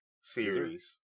series